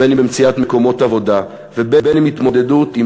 בין אם במציאת מקומות עבודה ובין אם בהתמודדות עם